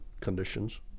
conditions